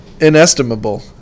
Inestimable